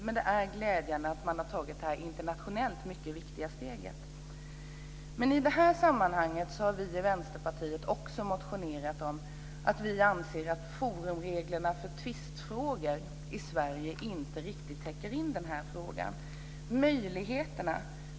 Men det är glädjande att man har tagit detta internationellt mycket viktiga steg. I detta sammanhang har vi i Vänsterpartiet också motionerat om att vi anser att reglerna om forum i tvistemål i Sverige inte riktigt täcker in denna fråga.